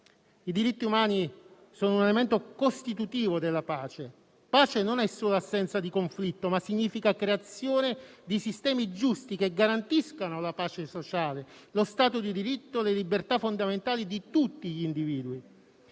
I diritti umani sono un elemento costitutivo della pace, che non è solo assenza di conflitto, ma significa creazione di sistemi giusti, che garantiscano la pace sociale, lo Stato di diritto e le libertà fondamentali di tutti gli individui.